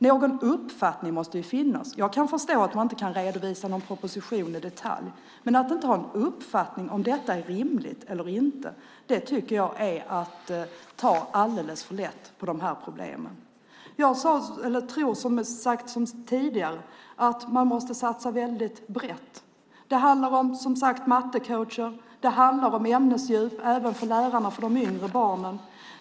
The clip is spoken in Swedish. Någon uppfattning måste ju finnas. Jag kan förstå att utbildningsministern inte kan redovisa någon proposition i detalj men att inte ha en uppfattning om detta är rimligt eller inte tycker jag är att ta alldeles för lätt på de här problemen. Jag tror som jag har sagt tidigare att man måste satsa väldigt brett. Det handlar om mattecoacher. Det handlar om ämnesdjup även för lärarna för de yngre barnen.